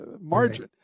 margin